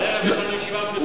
הערב יש לנו ישיבה משותפת.